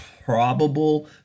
Probable